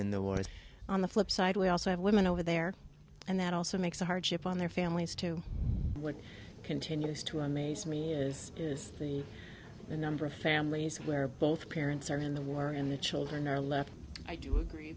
in the war on the flip side we also have women over there and that also makes a hardship on their families to what continues to amaze me is is the number of families where both parents are in the war and the children are left i do agree